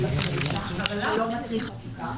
סעיף 9 אלא נכון שהמתווה ייעשה בחקיקה.